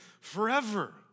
forever